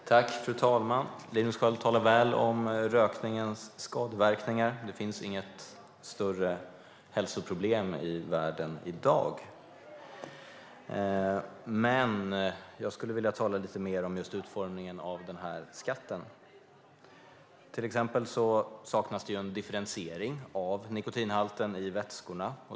Beskattning av elektro-niska cigaretter och vissa andra nikotin-haltiga produkter Fru talman! Linus Sköld talar väl om rökningens skadeverkningar. Det finns inget större hälsoproblem i världen i dag. Men jag skulle vilja tala lite mer om utformningen av den här skatten. Det saknas ju en differentiering av nikotinhalten i vätskorna.